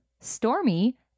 Stormy